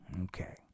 okay